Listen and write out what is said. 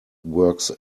works